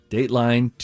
Dateline